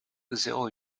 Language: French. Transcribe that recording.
zéro